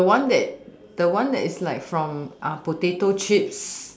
the one that the one that from potato chips